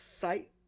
site